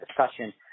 discussion